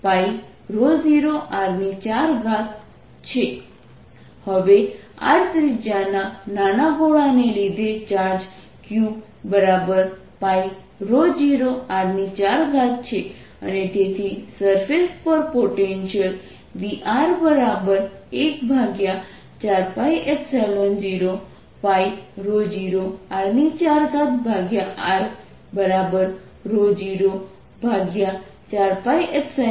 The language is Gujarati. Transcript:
r0r qr0r4πr2dr0r4π00rr3drπ0r4 Qπ0r4 હવે r ત્રિજ્યાના નાના ગોળાને લીધે ચાર્જ qπ0r4 છે અને તેથી સરફેસ પર પોટેન્શિયલ Vr14π00r4r04π0πr3છે